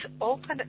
open